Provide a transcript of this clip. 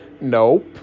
Nope